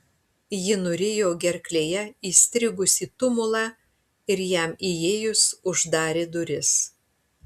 ji nurijo gerklėje įstrigusį tumulą ir jam įėjus uždarė duris